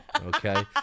Okay